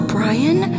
Brian